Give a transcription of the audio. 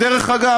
דרך אגב,